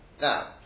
Now